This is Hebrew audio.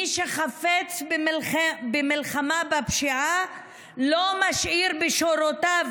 מי שחפץ במלחמה בפשיעה לא משאיר בשורותיו